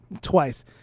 Twice